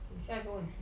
eh 下一个问题